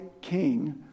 king